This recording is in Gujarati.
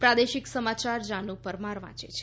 પ્રાદેશિક સમાચાર જાનુ પરમાર વાંચે છે